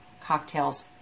cocktails